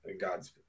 God's